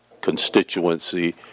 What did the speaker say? constituency